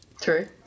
True